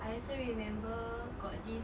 I also remember got this